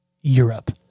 Europe